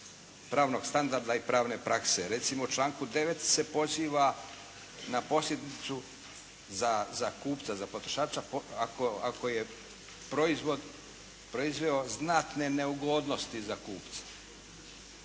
pravnog standarda i pravne prakse. Recimo u članku 9. se poziva na posljedicu za kupca, za potrošača ako je proizvod proizveo znatne neugodnosti za kupca.